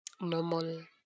normal